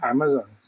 Amazon